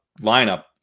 lineup